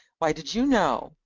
why did you know,